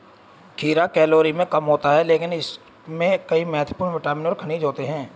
खीरा कैलोरी में कम होता है लेकिन इसमें कई महत्वपूर्ण विटामिन और खनिज होते हैं